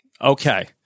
okay